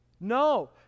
No